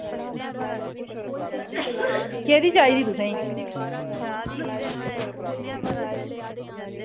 केह्दी चाहिदी तुसेंगी